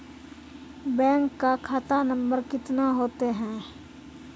Bank का खाता number कितने होते हैं?